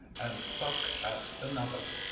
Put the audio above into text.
and puck at another